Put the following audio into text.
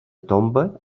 tomba